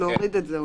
להוריד את זה אולי.